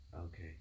Okay